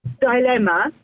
dilemma